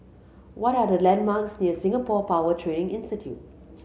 what are the landmarks near Singapore Power Training Institute